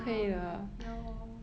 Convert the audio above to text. ah ya lor